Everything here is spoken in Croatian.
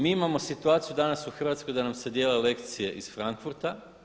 Mi imamo situaciju danas u Hrvatskoj da nam se dijele lekcije iz Frankfurta.